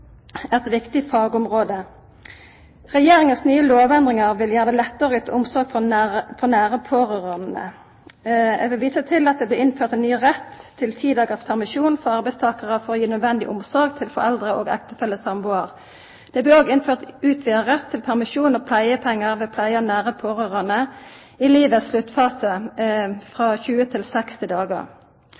eit viktig fagområde. Regjeringas nye lovendringar vil gjera det lettare å yta omsorg for nære pårørande. Eg vil visa til at det blir innført ein ny rett til ti dagars permisjon for arbeidstakarar for å gi nødvendig omsorg til foreldre og ektefelle/sambuar. Det blir òg innført utvida rett til permisjon og pleiepengar ved pleie av nære pårørande i livets sluttfase, frå 20 til 60 dagar.